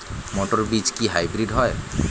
মটর বীজ কি হাইব্রিড হয়?